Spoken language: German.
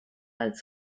als